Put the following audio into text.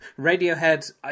radiohead